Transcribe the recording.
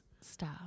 stop